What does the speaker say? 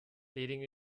leading